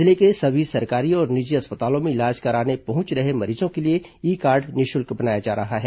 जिले के सभी सरकारी और निजी अस्पतालों में इलाज कराने पहुंच रहे मरीजों के लिए ई कार्ड निःशुल्क बनाया जा रहा है